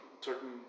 certain